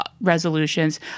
Resolutions